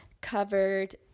covered